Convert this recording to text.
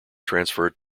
transferred